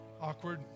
Awkward